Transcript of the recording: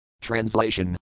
Translation